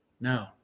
no